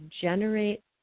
generate